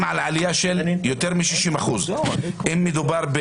ואם תעשה פשע